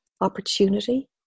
Opportunity